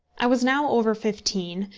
i was now over fifteen,